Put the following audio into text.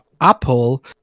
Apple